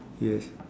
yes